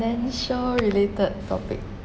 financial related topic